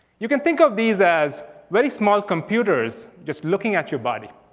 you can think of these as very small computer s just looking at your body.